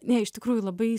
ne iš tikrųjų labai